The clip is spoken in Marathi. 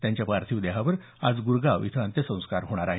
त्यांच्या पार्थिव देहावर आज गुरगाव इथं अंत्यसंस्कार होणार आहेत